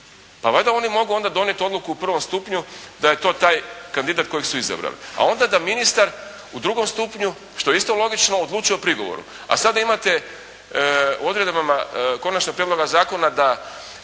pa valjda oni mogu onda donijeti odluku u prvom stupnju da je to taj kandidat kojeg su izabrali, a onda da ministar u drugom stupnju što je isto logično odlučuje o prigovoru, a sada imate u odredbama konačnog prijedloga zakona da